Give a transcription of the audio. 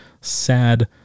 sad